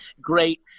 great